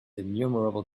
innumerable